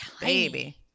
baby